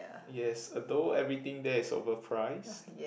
yes although everything there is overpriced